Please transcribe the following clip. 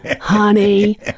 honey